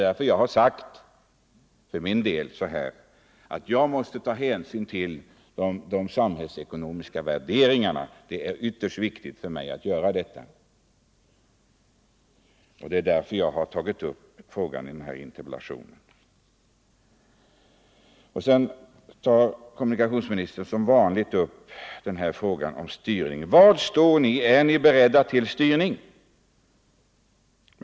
Därför har jag sagt för min del att jag måste ta hänsyn till de samhällsekonomiska värderingarna. Det är ytterst viktigt för mig, och det är därför jag har tagit upp den här frågan i min interpellation. Sedan tar kommunikationsministern som vanligt upp frågan om styrning och säger: Var står ni? Är ni beredda till styrning?